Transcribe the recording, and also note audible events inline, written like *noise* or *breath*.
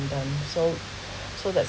them so *breath* so that's